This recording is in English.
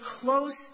close